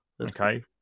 Okay